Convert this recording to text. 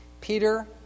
Peter